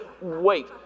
Wait